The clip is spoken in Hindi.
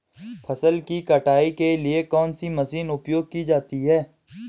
फसल की कटाई के लिए कौन सी मशीन उपयोग की जाती है?